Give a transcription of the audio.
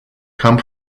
come